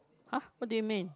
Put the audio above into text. !huh! what do you mean